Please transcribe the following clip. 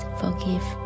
forgive